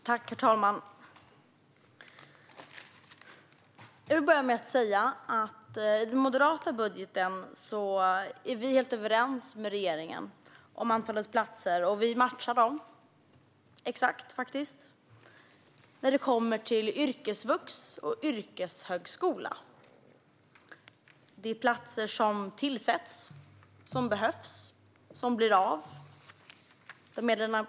Herr talman! Jag vill börja med att säga att när det gäller moderata budgeten är vi helt överens med regeringen om antalet platser. Vi matchar dem exakt. Yrkesvux och yrkeshögskola utökas med platser som behövs och blir av.